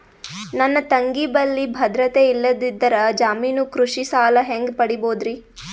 ನನ್ನ ತಂಗಿ ಬಲ್ಲಿ ಭದ್ರತೆ ಇಲ್ಲದಿದ್ದರ, ಜಾಮೀನು ಕೃಷಿ ಸಾಲ ಹೆಂಗ ಪಡಿಬೋದರಿ?